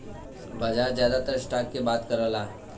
बाजार जादातर स्टॉक के बात करला